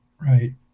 right